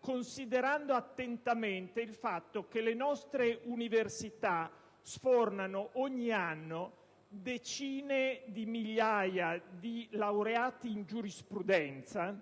considerando attentamente il fatto che le nostre università sfornano ogni anno decine di migliaia di laureati in giurisprudenza,